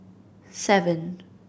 seven